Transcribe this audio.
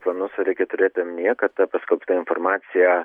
planus reikia turėti omenyje kad ta paskelbta informacija